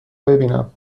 ببینم